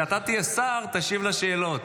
כשאתה תהיה שר, תשיב על שאלות.